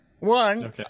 One